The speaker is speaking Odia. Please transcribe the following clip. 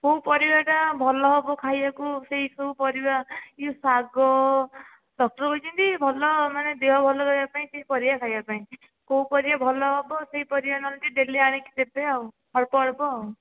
କେଉଁ ପରିବାଟା ଭଲ ହେବ ଖାଇବାକୁ ସେହି ସବୁ ପରିବା ଇଏ ଶାଗ ଡକ୍ଟର କହିଛନ୍ତି ଭଲ ମାନେ ଦେହ ଭଲ ରହିବା ପାଇଁ ଟିକେ ପରିବା ଖାଇବା ପାଇଁ କେଉଁ ପରିବା ଭଲ ହେବ ସେହି ପରିବା ନହେଲେ ଟିକେ ଡେଲି ଆଣିକି ଦେବେ ଆଉ ଅଳ୍ପ ଅଳ୍ପ ଆଉ